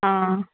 आं